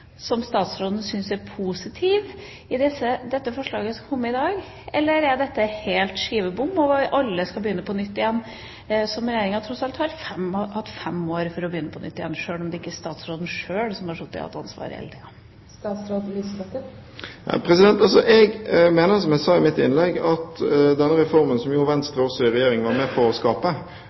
som statsråden syns er positive i det forslaget som er kommet, eller er dette helt skivebom – og alle skal begynne på nytt igjen? Regjeringa har tross alt hatt fem år på å begynne på nytt igjen, sjøl om det ikke er statsråden sjøl som har sittet og hatt ansvaret hele tida. Jeg mener, som jeg sa i mitt innlegg, at denne reformen, som også Venstre i regjering var med på å skape,